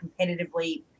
competitively